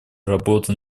работы